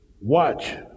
Watch